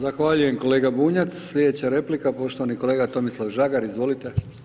Zahvaljujem kolega Bunjac, sljedeća replika, poštovani kolega Tomislav Žagar, izvolite.